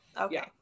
Okay